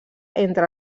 entre